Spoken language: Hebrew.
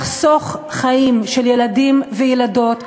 לחסוך חיים של ילדים וילדות,